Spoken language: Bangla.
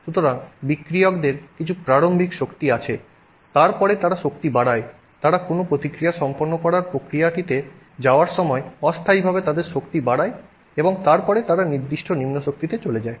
সুতরাং বিক্রিয়কদের কিছু প্রারম্ভিক শক্তি আছে তারপরে তারা শক্তি বাড়ায় তারা কোনো প্রতিক্রিয়া সম্পন্ন করার প্রক্রিয়াটিতে যাওয়ার সময় অস্থায়ীভাবে তারা তাদের শক্তি বাড়ায় এবং তারপরে তারা নির্দিষ্ট নিম্ন শক্তিতে চলে যায়